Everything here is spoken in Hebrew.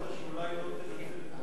אמרת שאולי לא תנצל את כל הזמן.